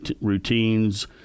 routines